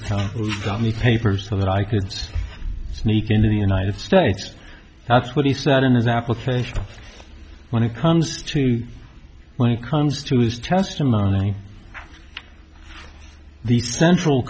got me papers so that i could sneak into the united states that's what he said in his application when it comes to when it comes to his testimony the central